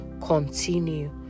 continue